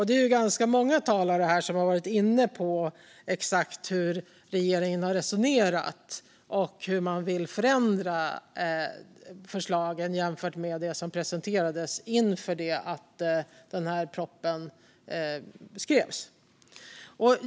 Det är ganska många talare här som har varit inne på exakt hur regeringen har resonerat och hur man vill förändra förslagen jämfört med det som presenterades inför att propositionen skrevs.